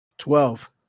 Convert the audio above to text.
Twelve